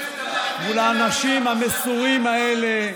מול האנשים המסורים האלה,